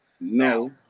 no